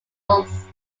isles